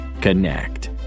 Connect